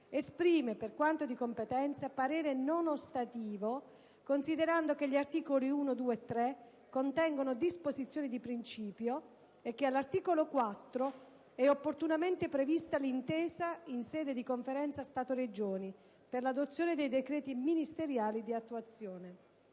esprime, per quanto di competenza, parere non ostativo, considerando che gli articoli 1, 2 e 3 contengono disposizioni di principio e che, all'articolo 4, è opportunamente prevista l'intesa in sede di Conferenza Stato-Regioni per l'adozione dei decreti ministeriali di attuazione.